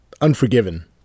Unforgiven